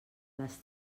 les